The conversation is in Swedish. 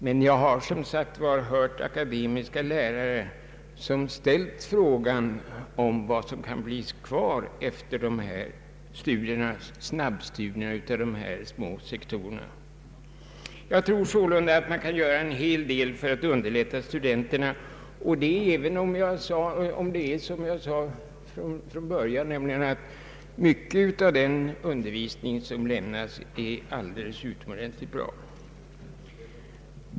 Men jag har som sagt hört akademiska lärare ställa frågan vad som egentligen kan bli kvar efter dessa snabbstudier i små sektorer. Jag tror att man kan göra en hel del för att underlätta arbetet för studenterna, även om, som jag sade från början, mycket av den undervisning som lämnas är utomordentligt bra.